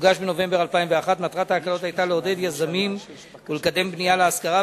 שהוגש בנובמבר 2001. מטרת ההקלות היתה לעודד יזמים ולקדם בנייה להשכרה,